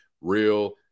real